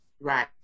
Right